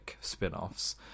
spin-offs